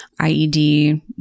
IED